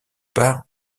part